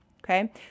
Okay